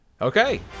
okay